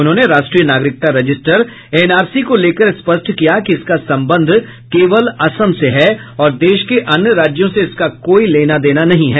उन्होंने राष्ट्रीय नागरिकता रजिस्टर एनआरसी को लेकर स्पष्ट किया कि इसका संबंध केवल असम से है और देश के अन्य राज्यों से इसका कोई लेना देना नहीं है